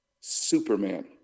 Superman